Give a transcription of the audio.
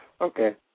Okay